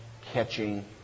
catching